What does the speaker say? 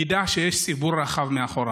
הוא ידע שיש ציבור רחב מאחוריו,